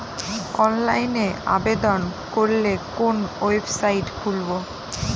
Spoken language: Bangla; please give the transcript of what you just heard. অনলাইনে আবেদন করলে কোন ওয়েবসাইট খুলব?